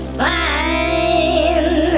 fine